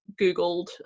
googled